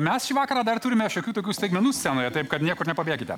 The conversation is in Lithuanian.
mes šį vakarą dar turime šiokių tokių staigmenų scenoje taip kad niekur nepabėkite